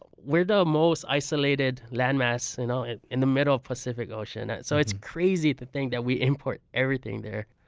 but we're the most isolated landmass you know and in the middle pacific ocean and so it's crazy to think that we import everything there.